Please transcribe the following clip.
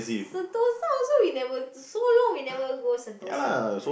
Sentosa also you never so long you never go Sentosa